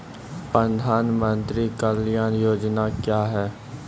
प्रधानमंत्री कल्याण योजना क्या हैं?